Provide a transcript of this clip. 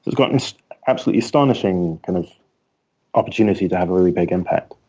it's got an absolutely astonishing kind of opportunity to have a really big impact.